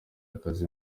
akazi